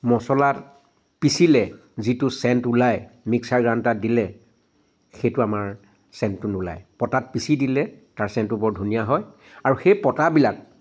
মচলা পিচিলে যিটো চেণ্ট ওলায় মিক্সাৰ গ্ৰাইণ্ডাৰত দিলে সেইটো আমাৰ চেণ্টটো নোলায় পতাত পিচি দিলে তাৰ চেণ্টটো বৰ ধুনীয়া হয় আৰু সেই পতাবিলাক